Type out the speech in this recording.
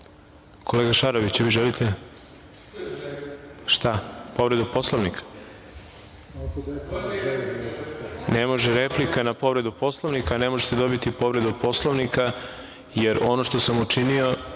Šaroviću, vi želite šta, povredu Poslovnika? Ne može replika na povredu Poslovnika. Ne možete dobiti povredu Poslovnika, jer ono što sam učinio